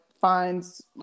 finds